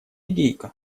гейка